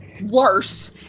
worse